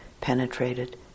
Penetrated